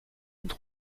d’une